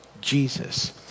Jesus